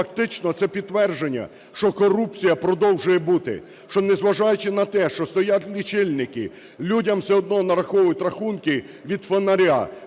фактично це підтвердження, що корупція продовжує бути, що, незважаючи на те, що стоять лічильники, людям все одно нараховують рахунки "від фонаря",